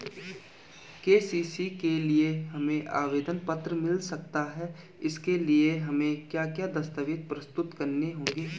KCC के लिए हमें आवेदन पत्र मिल सकता है इसके लिए हमें क्या क्या दस्तावेज़ प्रस्तुत करने होंगे?